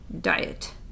Diet